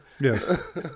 Yes